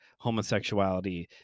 homosexuality